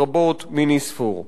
רבות, רבות מני ספור.